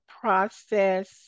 process